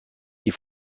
die